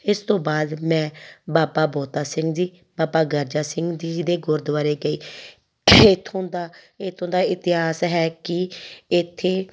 ਇਸ ਤੋਂ ਬਾਅਦ ਮੈਂ ਬਾਬਾ ਬੋਤਾ ਸਿੰਘ ਜੀ ਬਾਬਾ ਗਰਜਾ ਸਿੰਘ ਜੀ ਦੇ ਗੁਰਦੁਆਰੇ ਗਈ ਇੱਥੋਂ ਦਾ ਇੱਥੋਂ ਦਾ ਇਤਿਹਾਸ ਹੈ ਕਿ ਇੱਥੇ